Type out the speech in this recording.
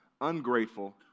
ungrateful